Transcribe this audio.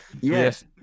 yes